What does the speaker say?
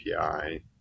API